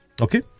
Okay